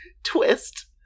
twist